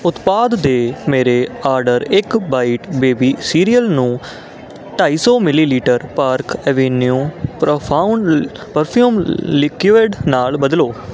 ਉਤਪਾਦ ਦੇ ਮੇਰੇ ਆਰਡਰ ਇੱਕ ਬਾਈਟ ਬੇਬੀ ਸੀਰੀਅਲ ਨੂੰ ਢਾਈ ਸੌ millilitre Park Avenue perfume perfume liquid ਨਾਲ ਬਦਲੋ